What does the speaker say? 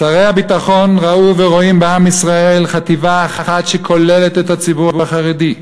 שרי הביטחון ראו ורואים בעם ישראל חטיבה אחת שכוללת את הציבור החרדי.